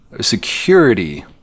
security